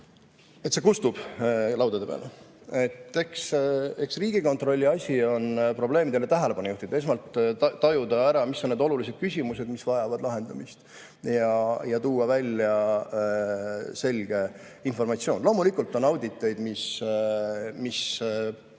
Et see kustub laudade peal? Eks Riigikontrolli asi on probleemidele tähelepanu juhtida. Esmalt tajuda ära, mis on need olulised küsimused, mis vajavad lahendamist, ja tuua välja selge informatsioon. Loomulikult on auditeid, mis